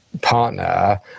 partner